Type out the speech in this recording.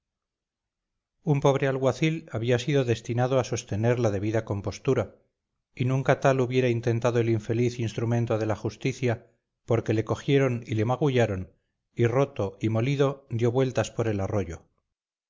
mandara un pobre alguacil había sido destinado a sostener la debida compostura y nunca tal hubiera intentado el infeliz instrumento de la justicia porque le cogieron y le magullaron y roto y molido dio vueltas por el arroyo